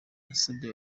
yasabye